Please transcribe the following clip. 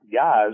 guys